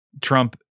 Trump